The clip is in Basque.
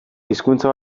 hizkuntza